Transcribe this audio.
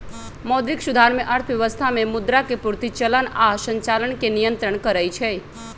मौद्रिक सुधार में अर्थव्यवस्था में मुद्रा के पूर्ति, चलन आऽ संचालन के नियन्त्रण करइ छइ